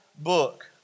book